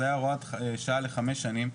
זו היתה הוראת שעה לחמש שנים,